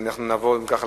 אם כך,